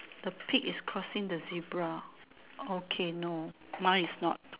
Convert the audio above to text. the pig is crossing the zebra okay no mine is not